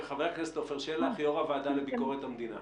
חושב שאפשר היה לייצר שם את המנגנון הזה מבלי לחשוש מרמאויות.